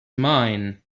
mine